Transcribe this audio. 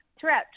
throughout